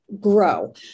grow